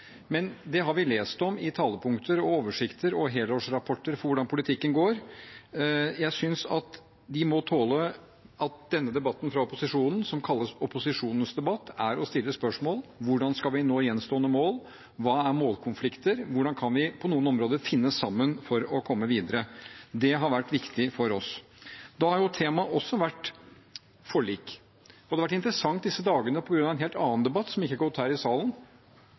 Men vi har lest i talepunkter, oversikter og helårsrapporter hvordan politikken går, og jeg synes de må tåle at denne debatten, som kalles opposisjonens debatt, innebærer å stille spørsmål som: Hvordan skal vi nå gjenstående mål? Hva er målkonflikter? Hvordan kan vi på noen områder finne sammen for å komme videre? Det har vært viktig for oss. Forlik har også vært et tema. Det har vært interessant disse dagene, på grunn av en helt annen debatt, som ikke har gått her i salen,